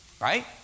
Right